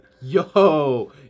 yo